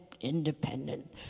independent